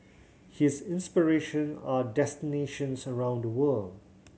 his inspiration are destinations around the world